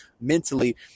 mentally